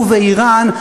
ובאיראן,